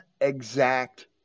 exact